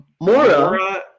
Mora